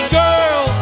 girl